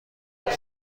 برق